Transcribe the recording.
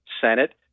Senate